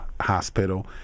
hospital